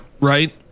Right